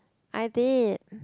I did